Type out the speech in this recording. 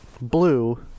blue